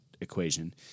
equation